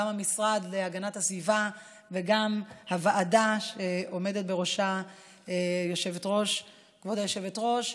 גם המשרד להגנת הסביבה וגם הוועדה שעומדת בראשה כבוד היושבת-ראש,